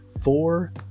four